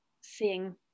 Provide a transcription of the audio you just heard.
seeing